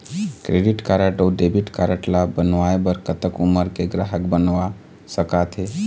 Credit card अऊ debit card ला बनवाए बर कतक उमर के ग्राहक बनवा सका थे?